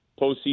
postseason